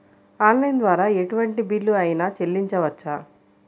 Online ద్వారా ఎటువంటి bill అయినా చెల్లించవచ్చా?